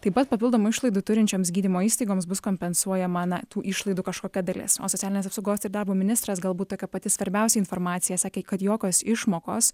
taip pat papildomų išlaidų turinčioms gydymo įstaigoms bus kompensuojama na tų išlaidų kažkokia dalis socialinės apsaugos ir darbo ministras galbūt tokia pati svarbiausia informacija sakė kad jokios išmokos